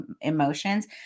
emotions